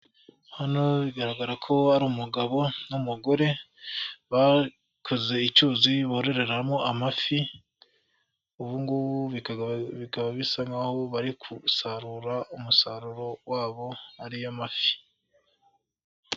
Hano bigaragara ko ari umugabo n'umugore bakoze icyuzi bororeramo amafi ubungubu bikaba bisa nkaho bari gusarura umusaruro wabo ariyo mafi.